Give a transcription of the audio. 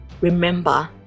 remember